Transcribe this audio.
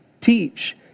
Teach